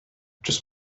just